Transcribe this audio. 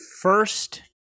first